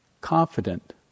confident